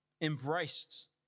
embraced